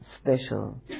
special